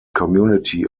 community